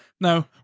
no